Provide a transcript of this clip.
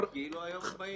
כאילו היום הם באים לא להרוג.